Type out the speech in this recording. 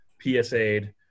PSA'd